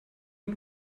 den